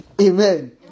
Amen